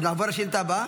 אז נעבור לשאילתה הבאה?